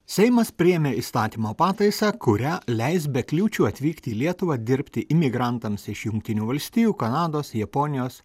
seimas priėmė įstatymo pataisą kuria leis be kliūčių atvykti į lietuvą dirbti imigrantams iš jungtinių valstijų kanados japonijos